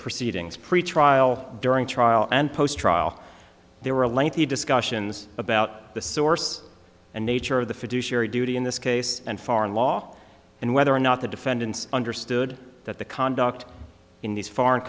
proceedings preach trial during trial and post trial there were a lengthy discussions about the source and nature of the fiduciary duty in this case and foreign law and whether or not the defendants understood that the conduct in these foreign